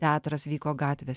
teatras vyko gatvės